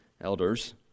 elders